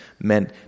meant